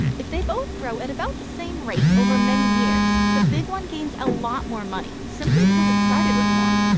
if they both grow at about the same rate over many years, the big one gains a lot more money, simply because it started with more.